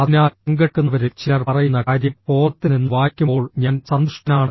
അതിനാൽ പങ്കെടുക്കുന്നവരിൽ ചിലർ പറയുന്ന കാര്യം ഫോറത്തിൽ നിന്ന് വായിക്കുമ്പോൾ ഞാൻ സന്തുഷ്ടനാണ്